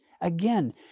Again